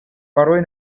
порой